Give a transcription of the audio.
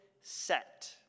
set